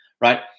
right